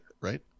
Right